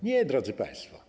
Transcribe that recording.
Nie, drodzy państwo.